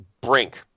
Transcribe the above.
Brink